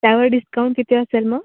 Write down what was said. त्यावेळी डिस्काऊंट किती असेल मग